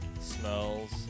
smells